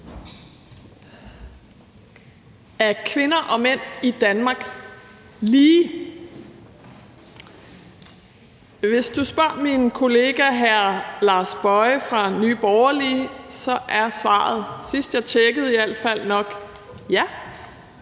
Er kvinder og mænd i Danmark lige? Hvis du spørger min kollega hr. Lars Boje Mathiesen fra Nye Borgerlige, er svaret, i alt fald sidst jeg tjekkede, nok ja.